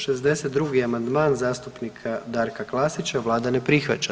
62. amandman zastupnika Darka Klasića, Vlada ne prihvaća.